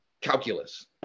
calculus